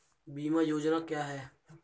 बीमा योजना क्या है?